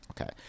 Okay